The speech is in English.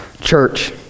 Church